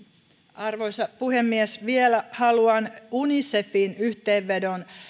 arvoisa puhemies vielä haluan unicefin yhteenvedon